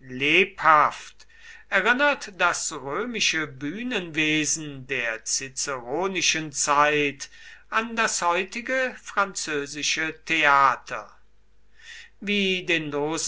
lebhaft erinnert das römische bühnenwesen der ciceronischen zeit an das heutige französische theater wie den losen